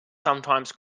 sometimes